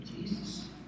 Jesus